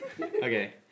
Okay